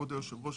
כבוד היושב ראש,